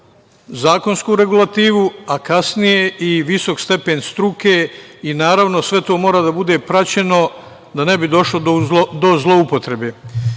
zakonsku regulativu, a kasnije i visok stepen struke i naravno, sve to mora da bude praćeno da ne bi došlo do zloupotrebe. Većini